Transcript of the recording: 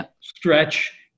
stretch